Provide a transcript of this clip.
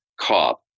cop